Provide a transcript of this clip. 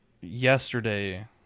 yesterday